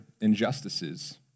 injustices